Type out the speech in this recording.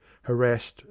harassed